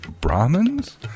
Brahmins